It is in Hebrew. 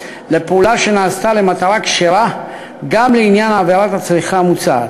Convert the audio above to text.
לפעולה שנעשתה למטרה כשרה גם לעניין עבירת הצריכה המוצעת.